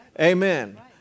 Amen